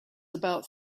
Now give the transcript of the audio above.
about